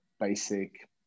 basic